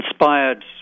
inspired